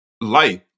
life